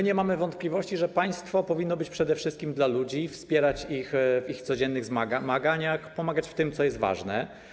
Nie mamy wątpliwości, że państwo powinno być przede wszystkim dla ludzi, wspierać ich w ich codziennych zmaganiach, pomagać w tym, co jest ważne.